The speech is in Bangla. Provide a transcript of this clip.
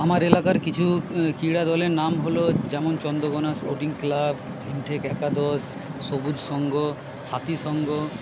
আমার এলাকার কিছু ক্রীড়া দলের নাম হলো যেমন চন্দ্রকোনা স্পোর্টিং ক্লাব ভিমটেক একাদশ সবুজ সংঘ সাথি সংঘ